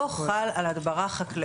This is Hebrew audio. בהדברה תברואית לא חל על הדברה חקלאית.